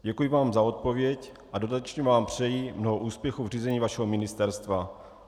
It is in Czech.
Děkuji vám za odpověď a dodatečně vám přeji mnoho úspěchů v řízení vašeho ministerstva.